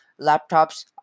laptops